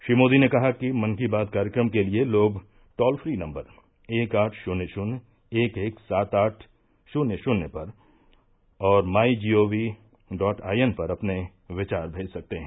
श्री मोदी ने कहा कि मन की बात कार्यक्रम के लिए लोग टोल फ्री नम्बर एक आठ शून्य शून्य एक एक सात आठ शून्य शून्य पर और my G O V dot I N पर अपने विचार भेज सकते हैं